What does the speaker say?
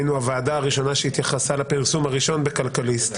היינו הוועדה הראשונה שהתייחסה לפרסום הראשון בכלכליסט.